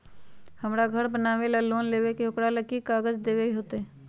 हमरा घर बनाबे ला लोन लेबे के है, ओकरा ला कि कि काग़ज देबे के होयत?